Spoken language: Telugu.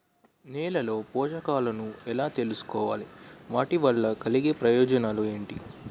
నేలలో పోషకాలను ఎలా తెలుసుకోవాలి? వాటి వల్ల కలిగే ప్రయోజనాలు ఏంటి?